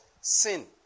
Sin